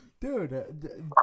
Dude